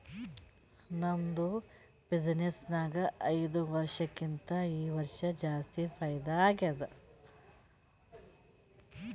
ನಮ್ದು ಬಿಸಿನ್ನೆಸ್ ನಾಗ್ ಐಯ್ದ ವರ್ಷಕ್ಕಿಂತಾ ಈ ವರ್ಷ ಜಾಸ್ತಿ ಫೈದಾ ಆಗ್ಯಾದ್